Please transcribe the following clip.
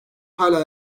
hala